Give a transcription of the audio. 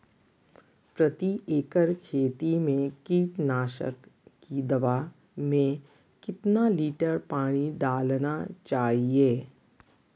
प्रति एकड़ खेती में कीटनाशक की दवा में कितना लीटर पानी डालना चाइए?